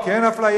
כי אין אפליה.